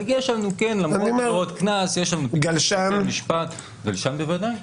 גלשן בוודאי.